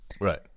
Right